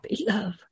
love